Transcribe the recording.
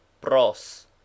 Pros